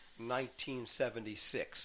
1976